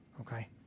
okay